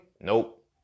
Nope